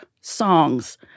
songs